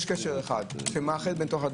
יש קשר אחד - זה הג'ובים.